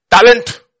Talent